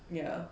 ya